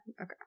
okay